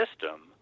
system